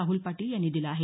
राहुल पाटील यांनी दिला आहे